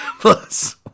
plus